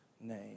name